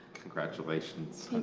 congratulations.